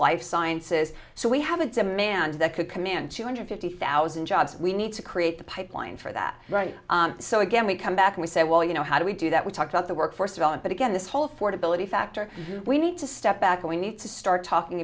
life sciences so we have a demand that could command two hundred fifty thousand jobs we need to create the pipeline for that right so again we come back and we say well you know how do we do that we talk about the workforce develop but again this whole ford ability factor we need to step back and we need to start talking